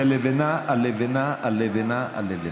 זה לבנה על לבנה על לבנה.